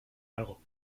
algo